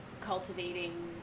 cultivating